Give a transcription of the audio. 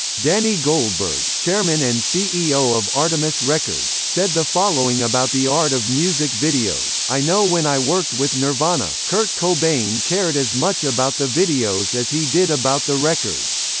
danny goldberg, chairman and ceo of artemis records, said the following about the art of music videos i know when i worked with nirvana, kurt cobain cared as much about the videos as he did about the records.